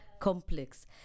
Complex